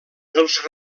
els